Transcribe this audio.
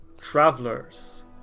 Travelers